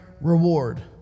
reward